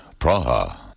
Praha